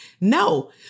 No